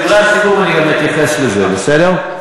בדברי הסיכום אני אתייחס לזה, בסדר?